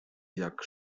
jak